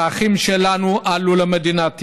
והאחים שלנו עלו למדינת ישראל.